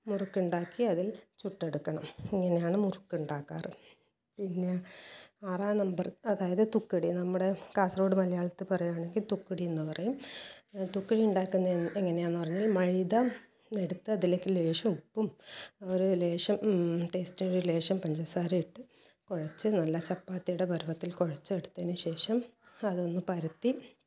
മുറുക്കുണ്ടാക്കി അതിൽ ചുട്ടെടുക്കണം ഇങ്ങനെയാണ് മുറുക്കുണ്ടാക്കാറ് പിന്നെ ആറാം നമ്പർ അതായത് തുക്കടി നമ്മുടെ കാസർഗോഡ് മലയാളത്തിൽ പറയുകയാണെങ്കിൽ തുക്കടി എന്ന് പറയും തുക്കടി ഉണ്ടാക്കുന്നത് എങ്ങനെയാണെന്ന് പറഞ്ഞാൽ മൈദ എടുത്ത് അതിലേക്ക് ലേശം ഉപ്പും ഒരു ലേശം ടേസ്റ്റിന് ലേശം ഒരു പഞ്ചസാരയുമിട്ട് കുഴച്ച് നല്ല ചപ്പാത്തിയുടെ പരുവത്തിൽ കുഴച്ചെടുത്തതിന് ശേഷം അതൊന്ന് പരത്തി